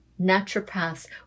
naturopaths